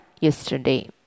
yesterday